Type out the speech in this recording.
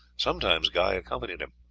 sometimes guy accompanied him.